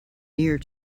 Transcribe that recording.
near